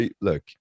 look